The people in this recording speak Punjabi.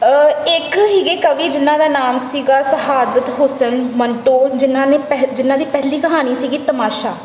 ਇੱਕ ਸੀਗੇ ਕਵੀ ਜਿਨ੍ਹਾਂ ਦਾ ਨਾਮ ਸੀਗਾ ਸ਼ਹਾਦਤ ਹੁਸਨ ਮਨਟੋ ਜਿਨ੍ਹਾਂ ਨੇ ਪਹਿ ਜਿਨ੍ਹਾਂ ਦੀ ਪਹਿਲੀ ਕਹਾਣੀ ਸੀਗੀ ਤਮਾਸ਼ਾ